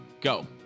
Go